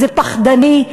זה פחדני,